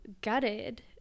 gutted